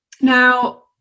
Now